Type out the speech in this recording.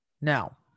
Now